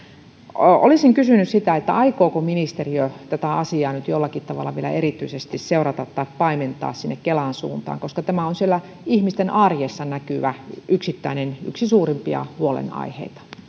olisin kysynyt aikooko ministeriö tätä asiaa nyt jollakin tavalla vielä erityisesti seurata tai paimentaa sinne kelan suuntaan tämä on siellä ihmisten arjessa näkyvä yksittäinen huolenaihe yksi suurimpia huolenaiheita